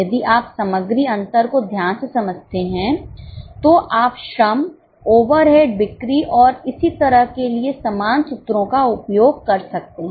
यदि आप सामग्री अंतर को ध्यान से समझते हैं तो आप श्रम ओवरहेड बिक्री और इसी तरह के लिए समान सूत्रों का उपयोग कर सकते हैं